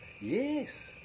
Yes